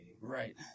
Right